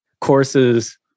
courses